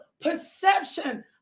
perception